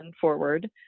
forward